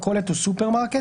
מכולת או סופרמרקט.